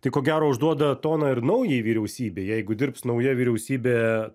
tai ko gero užduoda toną ir naujai vyriausybei jeigu dirbs nauja vyriausybė